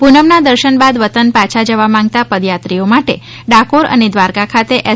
પૂનમ ના દર્શન બાદ વતન પાછા જવા માંગતા પદયાત્રીઓ માટે ડાકોર અને દ્વારકા ખાતે એસ